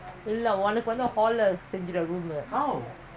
இருக்கமாதிரிசெய்யலாம்:irukka maathiri seiyalaam